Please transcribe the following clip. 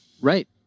Right